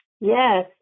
Yes